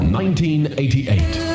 1988